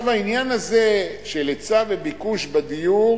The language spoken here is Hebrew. העניין הזה של היצע וביקוש בדיור